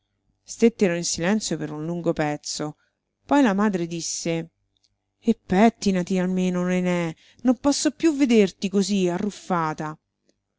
stettero in silenzio per un lungo pezzo poi la madre disse e pettinati almeno nené non posso più vederti così arruffata